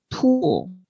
tool